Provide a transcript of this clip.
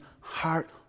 heart